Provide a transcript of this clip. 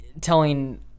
telling